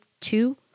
two